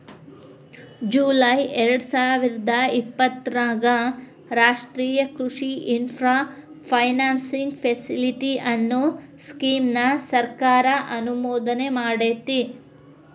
July ಎರ್ಡಸಾವಿರದ ಇಪ್ಪತರಾಗ ರಾಷ್ಟ್ರೇಯ ಕೃಷಿ ಇನ್ಫ್ರಾ ಫೈನಾನ್ಸಿಂಗ್ ಫೆಸಿಲಿಟಿ, ಅನ್ನೋ ಸ್ಕೇಮ್ ನ ಸರ್ಕಾರ ಅನುಮೋದನೆಮಾಡೇತಿ